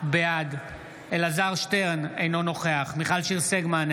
בעד אלעזר שטרן, אינו נוכח מיכל שיר סגמן,